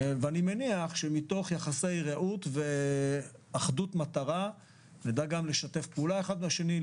אני מניח שמתוך יחסי רעות ואחדות מטרה נדע גם לשתף פעולה אחד עם השני,